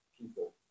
people